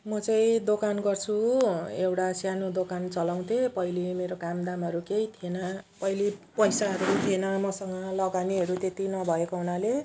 म चाहिँ दोकान गर्छु एउटा सानो दोकान चलाउँ थिएँ पहिले मेरो काम दामहरू केही थिएन पहिले पैसाहरू पनि थिएन मसँग लगानीहरू त्यति नभएको हुनाले